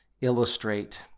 illustrate